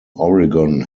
oregon